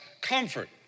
comfort